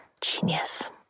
Genius